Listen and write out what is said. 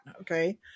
Okay